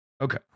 Okay